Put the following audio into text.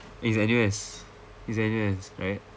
he's N_U_S he's in N_U_S right